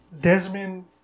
Desmond